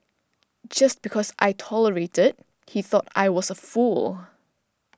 just because I tolerated he thought I was a fool